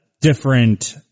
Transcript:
different